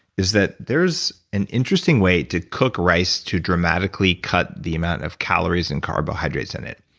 is that there's an interesting way to cook rice to dramatically cut the amount of calories and carbohydrates in it.